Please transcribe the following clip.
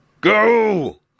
Go